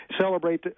celebrate